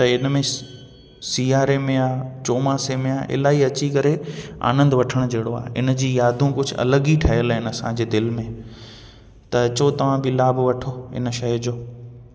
त इन में सियारे में आहे चौमासे में आहे इलाही अची करे आनंद वठणु जहिड़ो आहे इन जी यादियूं कुझु अलॻि ई ठहियलु आहिनि असांजे दिलि में त अचो तव्हां बि लाभ वठो इन शइ जो